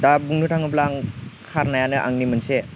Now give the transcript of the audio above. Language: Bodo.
दा बुंनो थाङोब्ला आं खारनायानो आंनि मोनसे